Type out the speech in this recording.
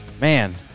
Man